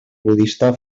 budista